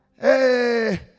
hey